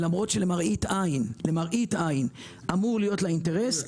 למרות שלמראית עין אמור להיות לה אינטרס,